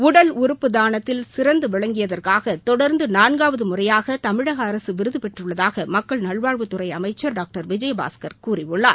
உடல் உறுப்பு தானத்தில் சிறந்த விளங்கியதற்காக தொடர்ந்து நான்காவது முறையாக தமிழக அரசு விருது பெற்றுள்ளதாக மக்கள் நல்வாழ்வுத்துறை அமைச்சர் டாக்டா விஜயபாஸ்கர் கூறியுள்ளார்